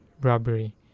robbery